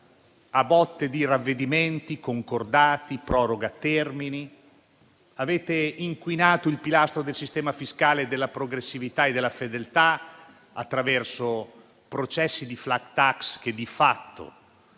a botte di ravvedimenti, concordati, proroga termini; avete inquinato il pilastro del sistema fiscale, della progressività e della fedeltà attraverso processi di *flat tax* che di fatto